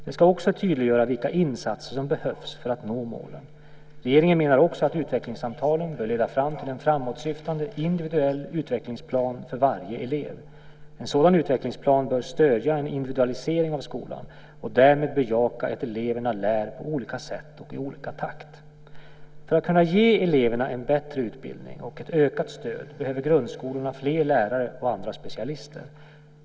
Den ska också tydliggöra vilka insatser som behövs för att nå målen. Regeringen menar också att utvecklingssamtalen bör leda till en framåtsyftande individuell utvecklingsplan för varje elev. En sådan utvecklingsplan bör stödja en individualisering av skolan och därmed bejaka att eleverna lär på olika sätt och i olika takt. För att kunna ge eleverna en bättre utbildning och ett ökat stöd behöver grundskolorna fler lärare och andra specialister.